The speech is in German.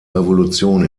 revolution